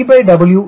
TW என்பது 0